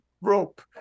rope